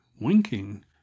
winking